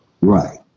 Right